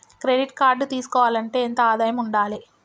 Credit card తీసుకోవాలంటే ఎంత ఆదాయం ఉండాలే?